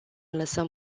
lăsăm